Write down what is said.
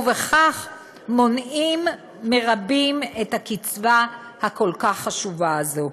ובכך מונעים מרבים את הקצבה הכל-כך חשובה הזאת.